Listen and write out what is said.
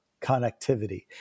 connectivity